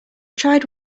tried